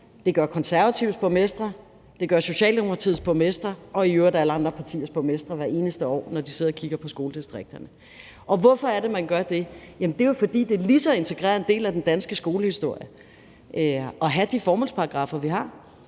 det gør Konservatives borgmestre, det gør Socialdemokratiets borgmestre og i øvrigt alle andre partiers borgmestre hvert eneste år, når de sidder og kigger på skoledistrikterne. Og hvorfor er det, man gør det? Ja, det er jo, fordi det i forhold til gymnasieskolen er en lige så integreret del af den danske skolehistorie at have de formålsparagraffer, vi har